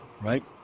right